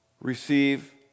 receive